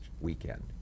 weekend